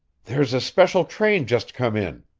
there's a special train just come in,